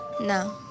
No